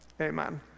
amen